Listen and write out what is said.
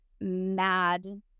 mad